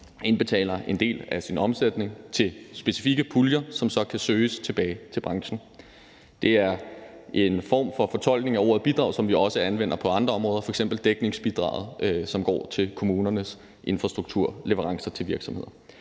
indbetaler en del af sin omsætning til specifikke puljer, som så kan søges tilbage til branchen. Det er en form for fortolkning af ordet bidrag, som vi også anvender på andre områder. Der er f.eks. dækningsbidraget, som går til kommunernes infrastrukturleverancer til virksomheder.